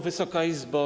Wysoka Izbo!